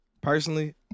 personally